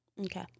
Okay